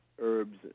herbs